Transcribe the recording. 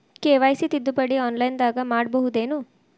KYC ತಿದ್ದುಪಡಿ ಆನ್ಲೈನದಾಗ್ ಮಾಡ್ಬಹುದೇನು?